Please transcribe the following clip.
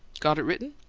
got it written?